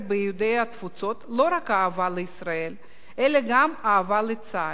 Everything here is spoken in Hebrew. ביהודי התפוצות לא רק אהבה לישראל אלא גם אהבה לצה"ל,